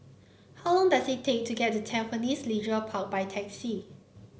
how long does it take to get to Tampines Leisure Park by taxi